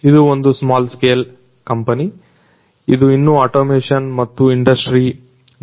ಇದು ಒಂದು small scale company ಸಣ್ಣ ಪ್ರಮಾಣದ ಕೈಗಾರಿಕೆ ಇದು ಇನ್ನೂ ಅಟೋಮೇಶನ್ ಮತ್ತು ಇಂಡಸ್ಟ್ರಿ4